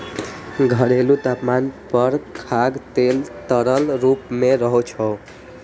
घरेलू तापमान पर खाद्य तेल तरल रूप मे रहै छै